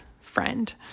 friend